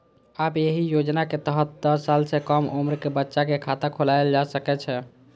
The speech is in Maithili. आब एहि योजनाक तहत दस साल सं कम उम्र के बच्चा के खाता खोलाएल जा सकै छै